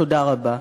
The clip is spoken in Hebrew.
תודה רבה.